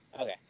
okay